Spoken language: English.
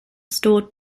stored